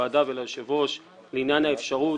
לוועדה וליושב-ראש, לעניין האפשרות